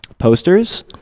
posters